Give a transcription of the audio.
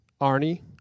Arnie